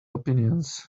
opinions